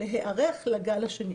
להיערך לגל השני.